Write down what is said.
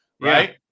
Right